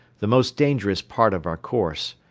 the most dangerous part of our course,